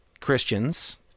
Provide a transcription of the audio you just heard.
Christians